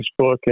Facebook